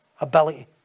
ability